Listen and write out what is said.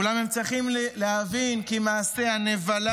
אולם הם צריכים להבין כי מעשה הנבלה